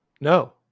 No